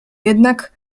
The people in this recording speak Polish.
jednak